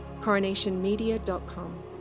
Coronationmedia.com